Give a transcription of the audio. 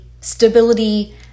stability